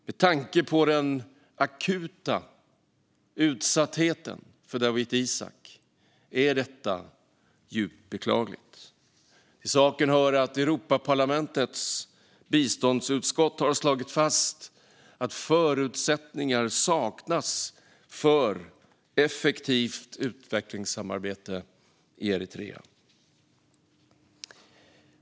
Med tanke på den akuta utsattheten för Dawit Isaak är detta djupt beklagligt. Till saken hör att Europaparlamentets biståndsutskott har slagit fast att förutsättningar saknas för ett effektivt utvecklingssamarbete i Eritrea.